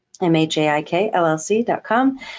M-A-J-I-K-L-L-C.com